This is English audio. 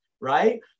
right